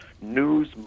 News